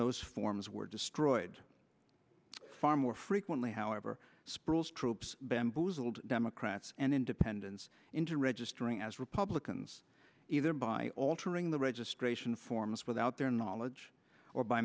those forms were destroyed far more frequently however sprawls troops bamboozled democrats and independents into registering as republicans either by altering the registration forms without their knowledge or by